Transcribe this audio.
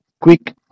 quick